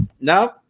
no